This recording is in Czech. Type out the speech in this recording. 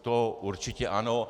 To určitě ano.